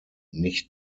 nicht